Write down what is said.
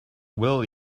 will